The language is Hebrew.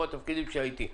ובכל התפקידים שהייתי,